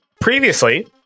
previously